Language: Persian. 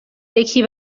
یکی